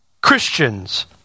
Christians